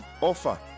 offer